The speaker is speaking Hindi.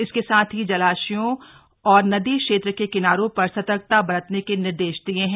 इसके साथ ही जलाशयों व नदी क्षेत्र के किनारों पर सतर्कता बरतने के निर्देश दिए है